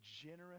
generous